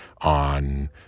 on